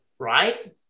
Right